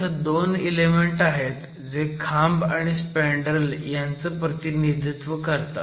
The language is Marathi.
इथे 2 इलेमेंट आहेत जे खांब आणि स्पँडरेल ह्यांचं प्रतिनिधित्व करतात